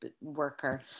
worker